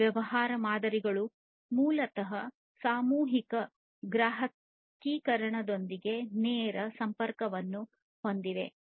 ಆದ್ದರಿಂದ ವ್ಯವಹಾರ ಮಾದರಿಗಳು ಮೂಲತಃ ಸಾಮೂಹಿಕ ಗ್ರಾಹಕೀಕರಣದೊಂದಿಗೆ ನೇರ ಸಂಪರ್ಕವನ್ನು ಹೊಂದಿವೆ